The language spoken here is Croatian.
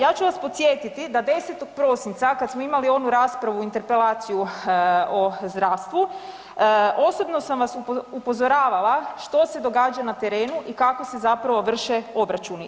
Ja ću vas podsjetiti da 10. prosinca kad smo imali onu raspravu, interpelaciju o zdravstvu, osobno sam vas upozoravala što se događa na terenu i kako se zapravo vrše obračuni.